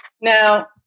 Now